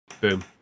Boom